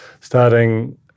starting